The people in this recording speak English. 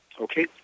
Okay